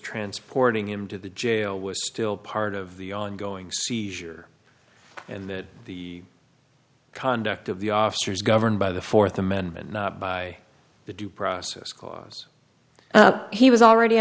transporting him to the jail was still part of the ongoing seizure and that the conduct of the officers governed by the fourth amendment by the due process clause he was already